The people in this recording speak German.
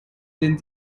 den